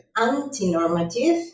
anti-normative